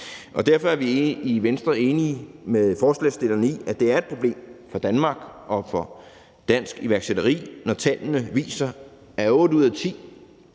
Derfor er vi i Venstre enige med forslagsstillerne i, at det er et problem for Danmark og for dansk iværksætteri, når tallene viser, at otte ud af ti